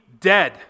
dead